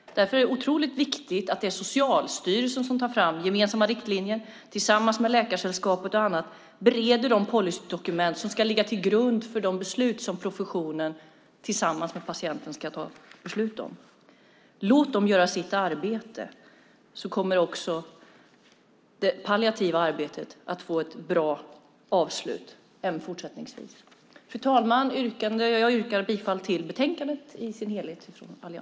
Därför är det otroligt viktigt att det är Socialstyrelsen som tar fram gemensamma riktlinjer tillsammans med Läkaresällskapet och andra och bereder de policydokument som ska ligga till grund för de beslut som professionen tillsammans med patienten ska fatta beslut om. Låt dem göra sitt arbete, så kommer också det palliativa arbetet att bli bra även fortsättningsvis! Fru talman! Jag yrkar från alliansen bifall till utskottets förslag i betänkandet i dess helhet.